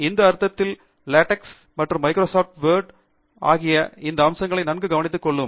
இந்த அர்த்தத்தில் லாடெக்ஸ் மற்றும் மைக்ரோசாப்ட் வேர்ட ஆகியவை இந்த அம்சங்களை நன்கு கவனித்துக் கொள்ளலாம்